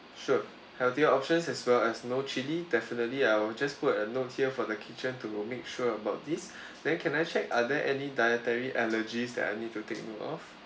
sure healthier options as well as no chili definitely I will just put a note here for the kitchen to make sure about this then can I check are there any dietary allergies that I need to take note of